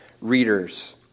readers